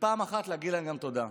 ופעם אחת להגיד להם גם תודה.